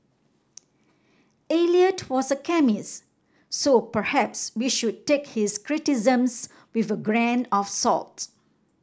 Eliot was a chemist so perhaps we should take his criticisms with a grain of salt